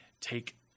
take